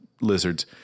lizards